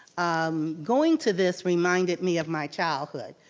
um going to this reminded me of my childhood,